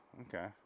Okay